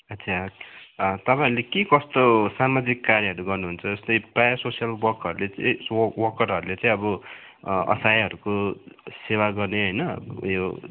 अच्छा तपाईँहरूले के कस्तो सामाजिक कार्यहरू गर्नुहुन्छ जस्तै प्राय सोसल वर्कहरूले चाहिँ सो वर्करहरूले चाहिँ अब असहायहरूको सेवा गर्ने होइन उयो